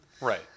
Right